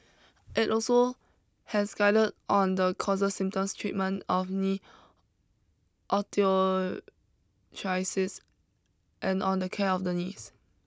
it also has guided on the causes symptoms treatment of knee osteoarthritis and on the care of the knees